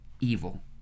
evil